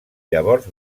llavors